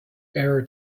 air